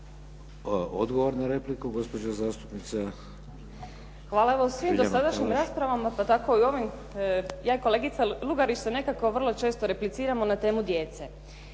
Odgovor na repliku, gospođa zastupnica. **Podrug, Željana (HDZ)** Hvala. Evo u svim dosadašnjim raspravama, pa tako i u ovim ja i kolegica Lugarić se nekako vrlo često repliciramo na temu djece.